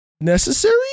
necessary